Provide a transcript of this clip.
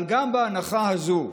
אבל גם בהנחה הזאת,